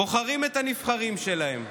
בוחרים את הנבחרים שלהם,